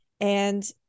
and-